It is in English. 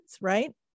right